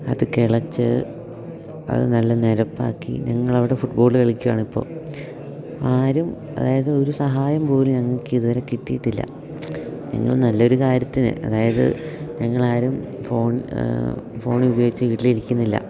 അത് കിളച്ച് അത് നല്ല നിരപ്പാക്കി ഞങ്ങളവിടെ ഫുട്ബോള് കളിക്കുവാണിപ്പോൾ ആരും അതായത് ഒരു സഹായം പോലും ഞങ്ങൾക്ക് ഇതുവരെ കിട്ടിയിട്ടില്ല ഞങ്ങൾ നല്ലൊരു കാര്യത്തിന് അതായത് ഞങ്ങളാരും ഫോൺ ഫോണിൽ ഉപയോഗിച്ച് വീട്ടിലിരിക്കുന്നില്ല